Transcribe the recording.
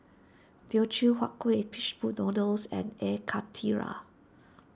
Teochew Huat Kueh Fishball Noodles and Air Karthira